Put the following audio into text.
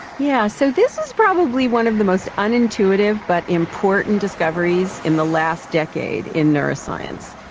yeah so this is probably one of the most unintuitive but important discoveries in the last decade in neuroscience.